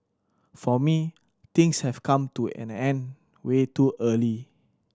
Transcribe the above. for me things have come to an end way too early